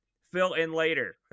fill-in-later